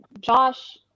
Josh